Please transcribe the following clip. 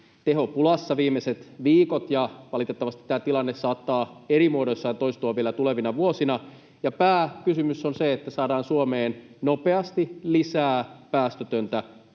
tehopulassa viimeiset viikot, ja valitettavasti tämä tilanne saattaa eri muodoissaan toistua vielä tulevina vuosina. Pääkysymys on se, että saadaan Suomeen nopeasti lisää päästötöntä